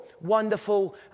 wonderful